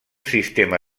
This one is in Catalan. sistema